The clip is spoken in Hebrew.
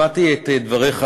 שמעתי את דבריך,